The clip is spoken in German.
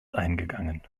eingegangen